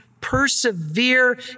persevere